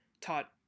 taught